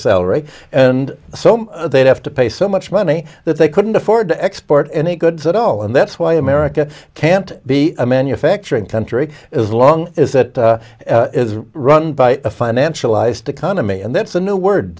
salary and so they'd have to pay so much money that they couldn't afford to export any goods at all and that's why america can't be a manufacturing country as long as that is run by a financial ised economy and that's a new word